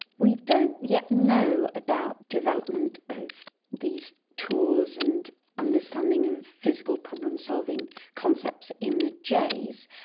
we don't yet know about development of these tools and understanding of physical problem-solving concepts in the jays,